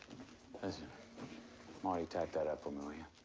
listen, marty, type that up for me, will ya?